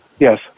Yes